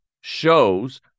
shows